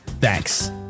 thanks